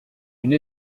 une